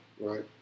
right